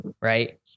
right